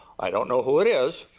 i don't know who it is.